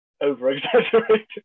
over-exaggerated